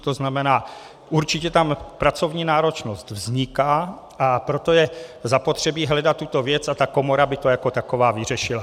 To znamená, určitě tam pracovní náročnost vzniká, a proto je zapotřebí hledat tuto věc a ta komora by to jako taková vyřešila.